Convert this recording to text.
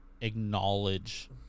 acknowledge